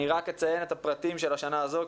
אני רק אציין את הפרטים של השנה הזו,